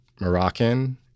Moroccan